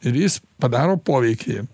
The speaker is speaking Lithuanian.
ir jis padaro poveikį